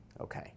Okay